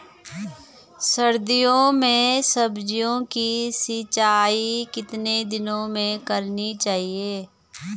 सर्दियों में सब्जियों की सिंचाई कितने दिनों में करनी चाहिए?